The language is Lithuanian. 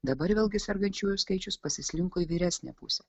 dabar vėlgi sergančiųjų skaičius pasislinko į vyresnę pusę